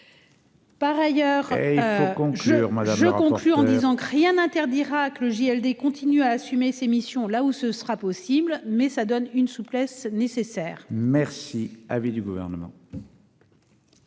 conjure moi je conclus en disant que rien n'interdira que le JLD continuent à assumer ses missions là où ce sera possible, mais ça donne une souplesse nécessaire. Merci à du gouvernement.